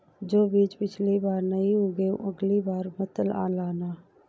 जो बीज पिछली बार नहीं उगे, अगली बार मत लाना